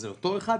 אז אותו אחד,